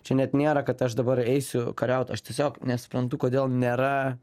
čia net nėra kad aš dabar eisiu kariaut aš tiesiog nesuprantu kodėl nėra